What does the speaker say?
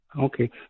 Okay